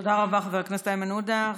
תודה רבה, חבר הכנסת איימן עודה.